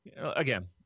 again